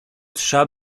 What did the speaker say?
trza